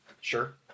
sure